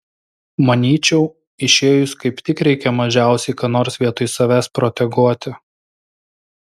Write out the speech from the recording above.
manyčiau išėjus kaip tik reikia mažiausiai ką nors vietoj savęs proteguoti